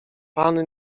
pan